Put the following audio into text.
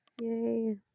Yay